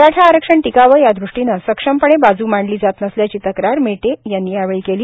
मराठा आरक्षण टिकावं यादृष्टीने सक्षमपणे बाजू मांडली जात नसल्याची तक्रार मेटे यांनी यावेळी केली